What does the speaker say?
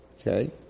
Okay